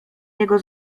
niego